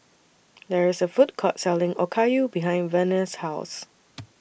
There IS A Food Court Selling Okayu behind Verner's House